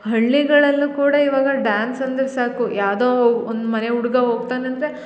ಹಳ್ಳಿಗಳಲ್ಲು ಕೂಡ ಇವಾಗ ಡಾನ್ಸ್ ಅಂದರೆ ಸಾಕು ಯಾವುದೋ ಒಂದು ಮನೆ ಹುಡುಗ ಹೋಗ್ತಾನ ಅಂದರೆ